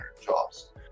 jobs